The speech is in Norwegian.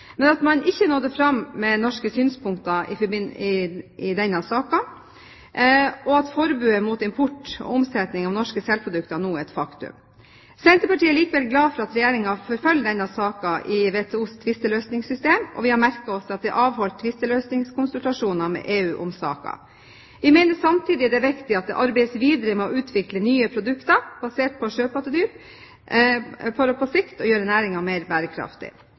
men at man ikke nådde fram med norske synspunkter i denne saken, og at forbudet mot import og omsetning av norske selprodukter nå er et faktum. Senterpartiet er likevel glad for at Regjeringen forfølger denne saken i WTOs tvisteløsningssystem, og vi har merket oss at det er avholdt tvisteløsningskonsultasjoner med EU om saken. Vi mener samtidig det er viktig at det arbeides videre med å utvikle nye produkter basert på sjøpattedyr for på sikt å gjøre næringen mer bærekraftig.